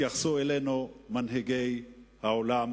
התייחסו אלינו מנהיגי העולם